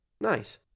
Nice